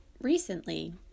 Recently